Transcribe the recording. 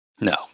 No